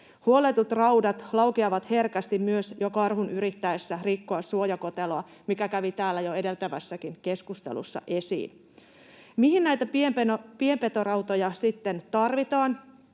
Huolletut raudat laukeavat herkästi myös jo karhun yrittäessä rikkoa suojakoteloa, mikä kävi täällä jo edeltävässäkin keskustelussa esiin. Mihin näitä pienpetorautoja sitten tarvitaan?